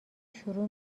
شروع